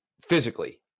physically